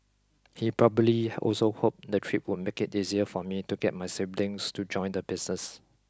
he probably also hoped the trip would make it easier for me to get my siblings to join the business